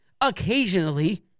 occasionally